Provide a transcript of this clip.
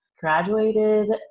graduated